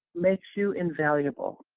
makes you invaluable.